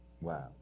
wow